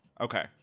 Okay